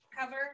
cover